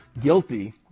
guilty